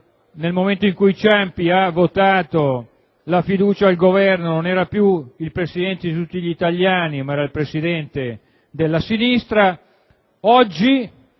il presidente Ciampi ha votato la fiducia al Governo non era più il Presidente di tutti gli italiani ma il Presidente della sinistra. Oggi,